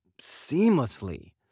seamlessly